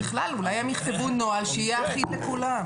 אולי הם יכתבו נוהל שיהיה אחיד לכולם.